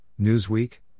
Newsweek